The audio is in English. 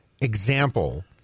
example